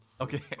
Okay